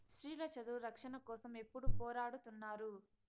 స్త్రీల చదువు రక్షణ కోసం ఎప్పుడూ పోరాడుతున్నారు